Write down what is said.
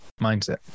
mindset